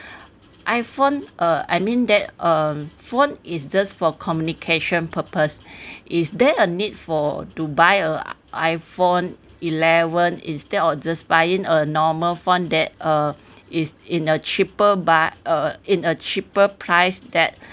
iphone uh I mean that um phone is just for communication purpose is there a need for to buy a iphone eleven instead of just buying a normal phone that uh is in a cheaper but uh in a cheaper price that